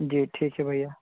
जी ठीक है भैया